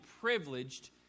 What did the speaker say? privileged